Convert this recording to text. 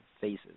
phases